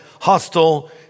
hostile